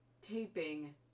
taping